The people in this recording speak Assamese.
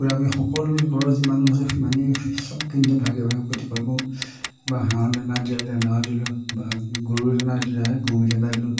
পূৰা আমি সকলো ঘৰৰ যিমানো আছে সিমানেই সব কিন্তু ভাগে ভাগে প্ৰতিপাল কৰোঁ বা হাঁহৰ দানা দিয়াই দানাও দিলোঁ বা গৰু দানা দিলে গৰু দানা দিলোঁ